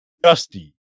dusty